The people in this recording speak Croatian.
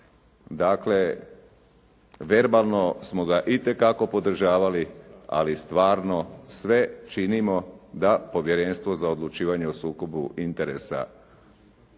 Dakle, verbalno smo ga itekako podržavali, ali stvarno sve činimo da Povjerenstvo za odlučivanje o sukobu interesa